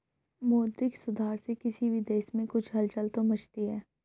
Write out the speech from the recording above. मौद्रिक सुधार से किसी भी देश में कुछ हलचल तो मचती है